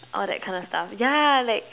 all that kind of stuff yeah like